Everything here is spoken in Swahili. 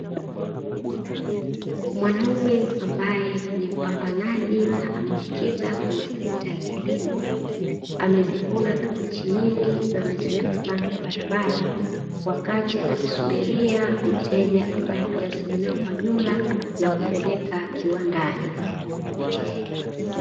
Mwanaume ambaye ni mpambanaji na amejikita kwenye sekta ya kilimo, amezivuna kabichi nyingi na ameziweka kando ya barabara wakati akisubiria mteja ambaye anazinunua kwa jumla na kupeleka kiwandani.